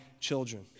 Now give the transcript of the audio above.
children